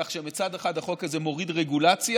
כך שמצד אחד החוק הזה מוריד רגולציה,